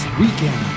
weekend